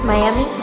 Miami